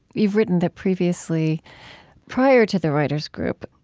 you've written that previously prior to the writers group,